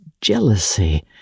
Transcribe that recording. jealousy